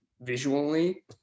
visually